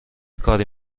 کاری